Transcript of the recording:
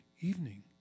evening